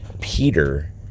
Peter